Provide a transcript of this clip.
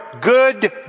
good